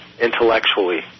intellectually